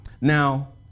Now